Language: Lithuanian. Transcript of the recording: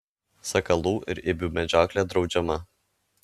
sakalų ir ibių medžioklė draudžiama